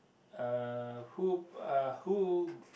uh who uh who